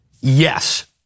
Yes